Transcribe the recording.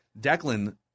Declan